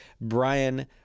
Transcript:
Brian